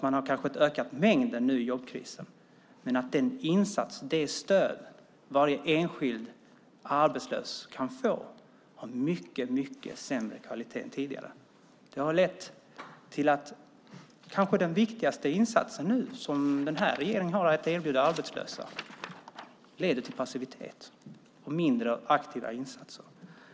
Man har kanske ökat mängden nu i jobbkrisen, men den insats och det stöd som varje enskild arbetslös kan få har mycket sämre kvalitet än tidigare. Det har lett till att den kanske viktigaste insatsen som den här regeringen nu har att erbjuda arbetslösa leder till passivitet och en mindre mängd aktiva insatser.